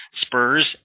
Spurs